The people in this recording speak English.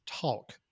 talk